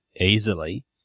easily